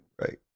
right